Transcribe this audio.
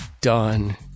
done